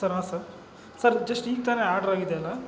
sir ಹಾಂ sir sir just ಈಗ ತಾನೇ ಆರ್ಡ್ರ್ ಆಗಿದೆ ಅಲ್ಲಾ